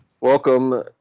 Welcome